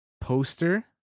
poster